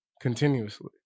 continuously